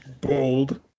Bold